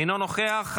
אינו נוכח.